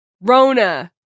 Rona